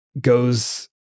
goes